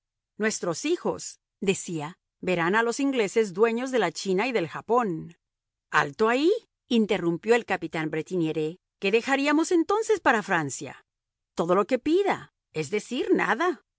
partes nuestros hijos decía verán a los ingleses dueños de la china y del japón alto ahí interrumpió el capitán bretignires qué dejaríamos entonces para francia todo lo que pida es decir nada